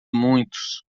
muitos